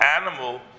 animal